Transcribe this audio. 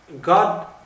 God